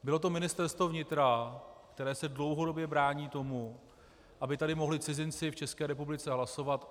Bylo to Ministerstvo vnitra, které se dlouhodobě brání tomu, aby tady mohli cizinci v České republice hlasovat.